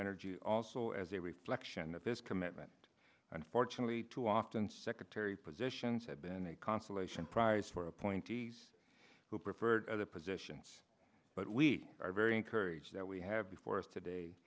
energy also as a reflection of his commitment unfortunately too often secretary positions have been a consolation prize for appointees who preferred other positions but we are very encouraged that we have before us today